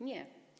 Nie.